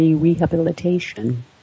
rehabilitation